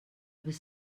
was